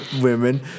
women